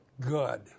good